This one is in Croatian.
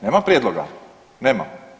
Nema prijedloga, nema.